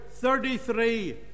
33